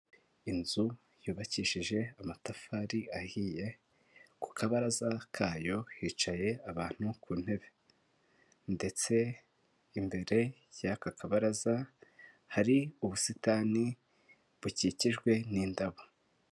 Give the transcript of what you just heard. Inzu yubakishije amatafari ahiye, ku kabaraza kayo hicaye abantu ku ntebe ndetse imbere y'aka kabaraza, hari ubusitani bukikijwe n'indabo.